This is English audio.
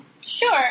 Sure